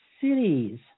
cities